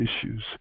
issues